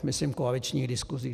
Myslím koaličních diskusích.